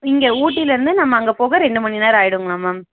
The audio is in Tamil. இங்கே ஊட்டியில இருந்து நம்ம அங்கே போக ரெண்டு மணி நேரம் ஆயிடுங்களா மேம்